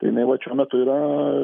tai jinai vat šiuo metu yra